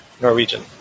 Norwegian